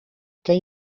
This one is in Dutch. ken